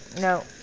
No